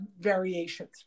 variations